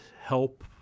help